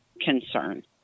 concern